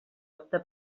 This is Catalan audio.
opta